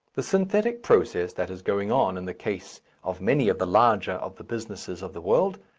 the synthetic process that is going on in the case of many of the larger of the businesses of the world,